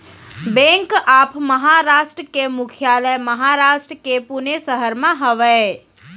bank of Maharashtra के मुख्यालय महारास्ट के पुने सहर म हवय